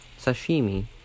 Sashimi